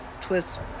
Twist